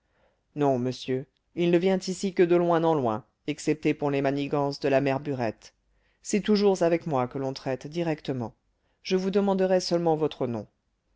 non monsieur il ne vient ici que de loin en loin excepté pour les manigances de la mère burette c'est toujours avec moi que l'on traite directement je vous demanderai seulement votre nom